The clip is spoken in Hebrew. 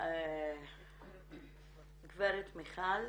גברת מיכל.